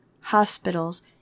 hospitals